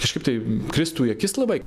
kažkaip tai kristų į akis labai